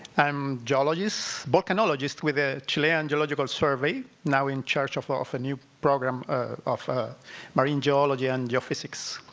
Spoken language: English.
i'm geologist, botanologist with the chilean geological survey, now in charge of ah of a new program of marine geology and geophysics.